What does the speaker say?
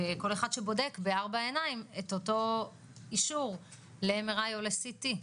וכל אחד שבודק בארבע עיניים את אותו אישור ל-MRI או ל-CT.